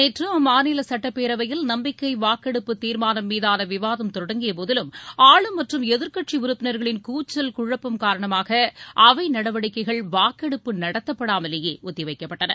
நேற்று அம்மாநில சட்டப்பேரவையில் நம்பிக்கை வாக்கெடுப்பு தீர்மானம்மீதான விவாதம் தொடங்கியபோதிலும் ஆளும் மற்றும் எதிர்க்கட்சி உறுப்பினர்களின் கூச்சல் குழப்பம் காரணமாக அவை நடவடிக்கைகள் வாக்கெடுப்பு நடத்தப்படாமலேயே ஒத்தி வைக்கப்பட்டன